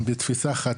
בתפיסה אחת,